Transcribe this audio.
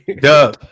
Duh